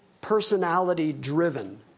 personality-driven